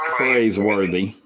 praiseworthy